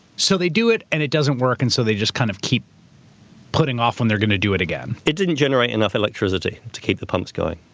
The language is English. so they do it and it doesn't work, and so they just kind of keep putting off when they're going to do it again. it didn't generate enough electricity to keep the pumps going,